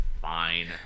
fine